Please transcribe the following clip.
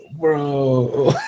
Bro